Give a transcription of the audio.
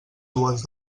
dues